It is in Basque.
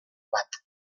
bat